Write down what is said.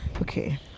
Okay